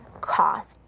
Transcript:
cost